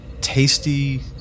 tasty